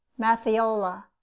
Mathiola